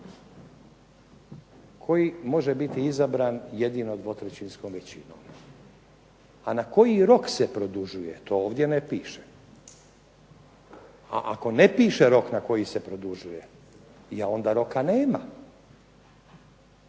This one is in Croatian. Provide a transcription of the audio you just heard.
koji može biti izabran jedino dvotrećinskom većinom. A na koji rok se produžuje, to ovdje ne piše. A ako ne piše rok na koji se produžuje, je onda roka nema.